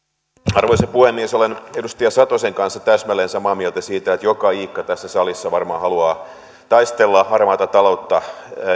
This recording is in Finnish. arvoisa puhemies olen edustaja satosen kanssa täsmälleen samaa mieltä siitä että joka iikka tässä salissa varmaan haluaa taistella harmaata taloutta